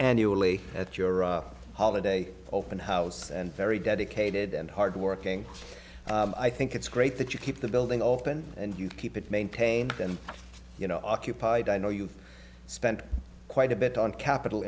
annually at your holiday open house and very dedicated and hardworking i think it's great that you keep the building open and you keep it maintained and you know occupied i know you've spent quite a bit on capital